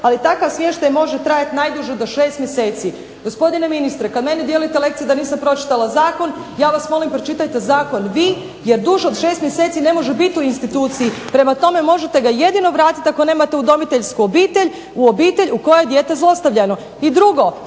ali takav smještaj može trajati najduže do 6 mjeseci." Gospodine ministre kad meni dijelite lekcije da nisam pročitala zakon ja vas molim pročitajte zakon vi jer duže od šest mjeseci ne može biti u instituciji. Prema tome, možete ga jedino vratiti ako nemate udomiteljsku obitelj, u obitelj u kojoj je dijete zlostavljano. I drugo.